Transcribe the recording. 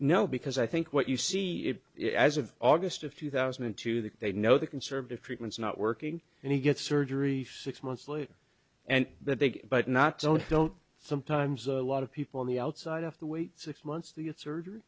no because i think what you see it as of august of two thousand and two that they know the conservative treatment is not working and he gets surgery six months later and that big but not only don't sometimes a lot of people on the outside have to wait six months to get surgery